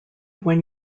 when